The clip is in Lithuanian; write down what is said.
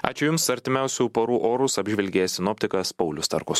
ačiū jums artimiausių parų orus apžvelgė sinoptikas paulius starkus